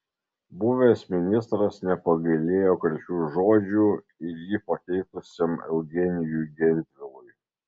buvęs ministras nepagailėjo karčių žodžių ir jį pakeitusiam eugenijui gentvilui